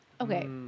Okay